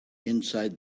inside